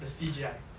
the C_G_I